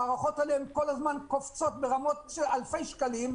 העלות של המערכות האלה כל הזמן קופצת ברמות של אלפי שקלים,